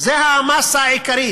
זו המאסה העיקרית.